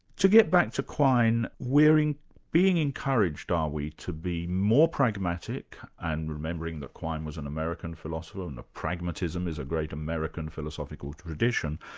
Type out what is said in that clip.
to get back to quine, we're being being encouraged, are we, to be more pragmatic, and remembering that quine was an american philosopher and that pragmatism is a great american philosophical tradition,